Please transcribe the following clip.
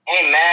Amen